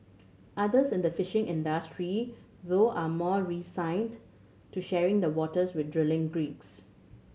others in the fishing industry though are more resigned to sharing the waters with drilling